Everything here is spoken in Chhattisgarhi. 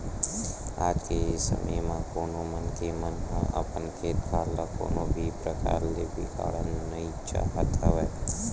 आज के समे म कोनो मनखे मन ह अपन खेत खार ल कोनो भी परकार ले बिगाड़ना नइ चाहत हवय